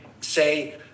say